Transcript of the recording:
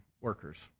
workers